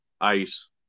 ice